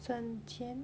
省钱